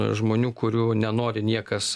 žmonių kurių nenori niekas